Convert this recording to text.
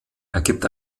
ergibt